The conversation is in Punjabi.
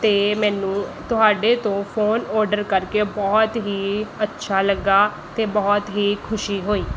ਅਤੇ ਮੈਨੂੰ ਤੁਹਾਡੇ ਤੋਂ ਫੋਨ ਔਡਰ ਕਰਕੇ ਬਹੁਤ ਹੀ ਅੱਛਾ ਲੱਗਾ ਅਤੇ ਬਹੁਤ ਹੀ ਖੁਸ਼ੀ ਹੋਈ